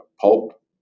pulp